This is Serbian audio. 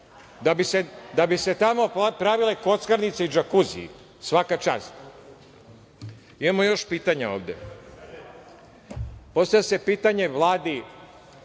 da bi se tamo pravile kockarnice i đakuziji. Svaka čast. Imamo još pitanja ovde. Postavlja se pitanje Vladi,